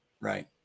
Right